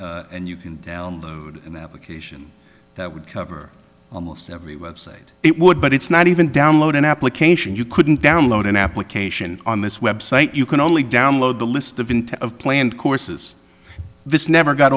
is and you can download an application that would cover almost every website it would but it's not even download an application you couldn't download an application on this website you can only download the list of intent of planned courses this never got